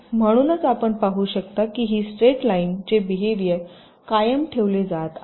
म्हणूनच आपण पाहू शकता की हे स्ट्रेट लाईन चे बिहेवियर कायम ठेवले जात आहे